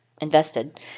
invested